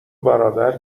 برادر